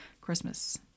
Christmas